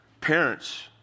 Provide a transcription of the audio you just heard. Parents